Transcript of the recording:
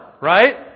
right